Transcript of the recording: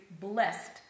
blessed